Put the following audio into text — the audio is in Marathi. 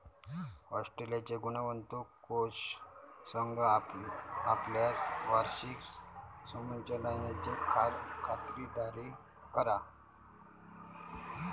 ऑस्ट्रेलियाचो गुंतवणूक कोष संघ आपल्या वार्षिक संमेलनाची खातिरदारी करता